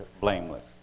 blameless